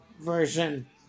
version